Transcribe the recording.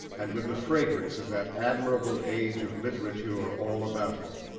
and with the fragrance of that admirable age of literature all about it.